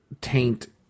taint